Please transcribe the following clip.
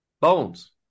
Bones